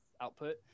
output